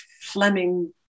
Fleming